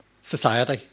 society